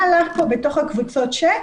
מה עלה פה בתוך קבוצות הצ'אט?